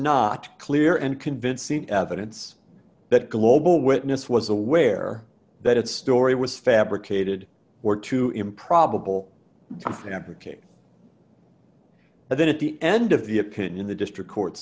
not clear and convincing evidence that global witness was aware that its story was fabricated or to improbable something advocate but then at the end of the opinion the district court